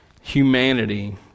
humanity